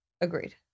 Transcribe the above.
Agreed